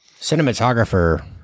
Cinematographer